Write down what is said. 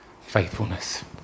faithfulness